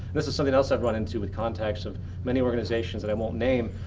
this is something else i ran into with contacts of many organizations that i won't name.